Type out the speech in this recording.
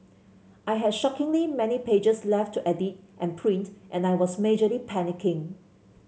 I had shockingly many pages left to edit and print and I was majorly panicking